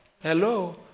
Hello